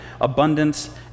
abundance